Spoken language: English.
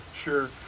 sure